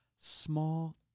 small